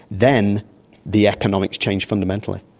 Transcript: then the economics change fundamentally.